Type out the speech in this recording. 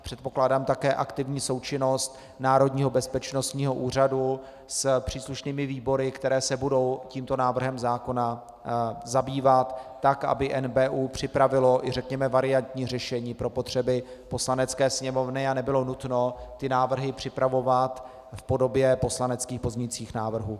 Předpokládám také aktivní součinnost Národního bezpečnostního úřadu s příslušnými výbory, které se budou tímto návrhem zákona zabývat, tak aby NBÚ připravil řekněme i variantní řešení pro potřeby Poslanecké sněmovny a nebylo nutno návrhy připravovat v podobě poslaneckých pozměňujících návrhů.